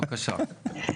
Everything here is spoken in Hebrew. בבקשה.